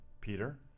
Peter